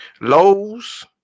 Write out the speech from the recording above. Lowe's